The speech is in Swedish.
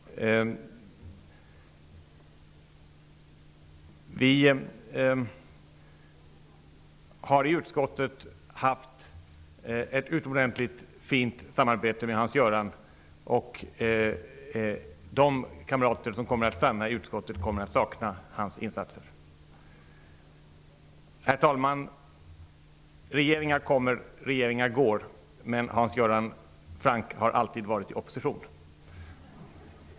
Vi har i utskottet haft ett utomordentligt fint samarbete med Hans Göran Franck. De kamrater som stannar i utskottet kommer att sakna hans insatser. Herr talman! Regeringar kommer och regeringar går, men Hans Göran Franck har alltid varit i opposition.